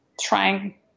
trying